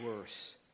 worse